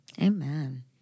Amen